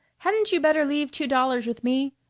hadn't you better leave two dollars with me?